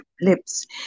lips